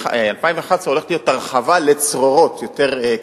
ב-2011 הולכת להיות הרחבה לצרורות יותר קטנים.